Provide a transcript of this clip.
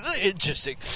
interesting